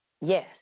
Yes